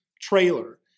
trailer